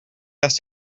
asked